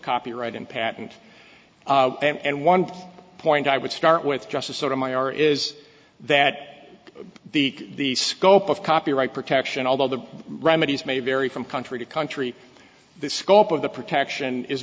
copyright and patent and one point i would start with just a sort of my are is that the scope of copyright protection although the remedies may vary from country to country the scope of the protection is